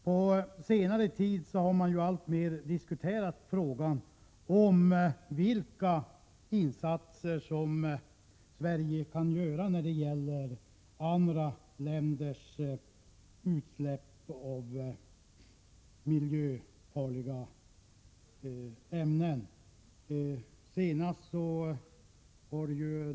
På senare tid har man alltmer diskuterat frågan om vilka insatser som Sverige kan göra när det gäller andra länders utsläpp av miljöfarliga ämnen.